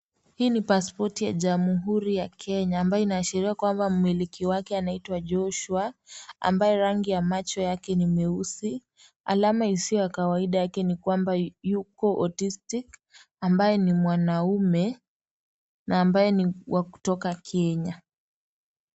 Hii ni pasipoti ya jamhuri ya Kenya, ambayo inaashiria kwamba mmiliki wake anaitwa Joshua, ambaye rangi ya macho yake ni meusi. Alama isiyo ya kawaida yake ni kwamba yuko autistic , ambaye ni mwanaume, na ambaye ni wa kutoka Kenya.